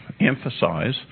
emphasize